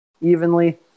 evenly